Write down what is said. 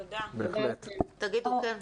שיינא,